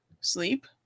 sleep